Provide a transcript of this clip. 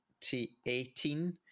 2018